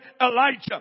Elijah